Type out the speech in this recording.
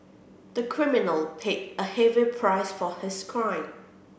the criminal paid a heavy price for his crime